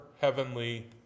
Heavenly